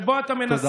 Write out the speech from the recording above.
שבו אתה מנסה,